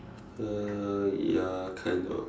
uh ya kind of